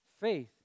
faith